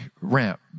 ramp